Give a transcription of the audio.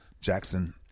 Jackson